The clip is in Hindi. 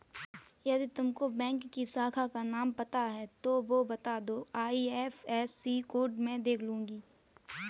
यदि तुमको बैंक की शाखा का नाम याद है तो वो बता दो, आई.एफ.एस.सी कोड में देख लूंगी